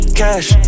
cash